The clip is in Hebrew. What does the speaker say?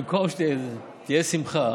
במקום שתהיה שמחה